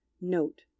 Note